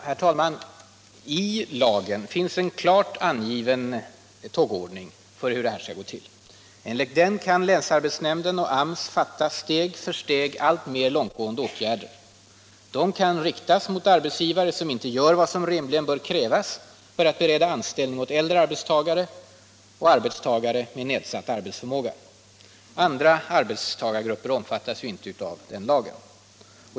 Herr talman! I lagen finns en klart angiven tågordning. Enligt den kan länsarbetsnämnden och AMS fatta beslut om steg för steg alltmer långtgående åtgärder, som kan riktas mot arbetsgivare när de inte gör vad som rimligen bör kunna krävas för att bereda anställning åt äldre arbetstagare och arbetstagare med nedsatt arbetsförmåga. Andra arbetstagargrupper omfattas inte av lagen.